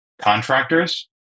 contractors